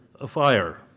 afire